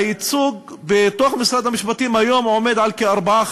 הייצוג בתוך משרד המשפטים היום עומד על כ-4%,